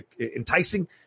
enticing